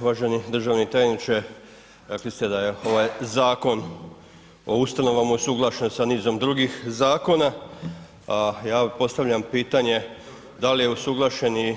Uvaženi državni tajniče, rekli ste da je ovaj Zakon o ustanovama usuglašen sa nizom drugih zakona a ja postavljam pitanje da li je usuglašen i